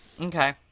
Okay